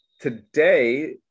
today